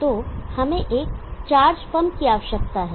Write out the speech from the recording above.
तो हमें एक चार्ज पंप की आवश्यकता है